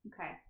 Okay